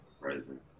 present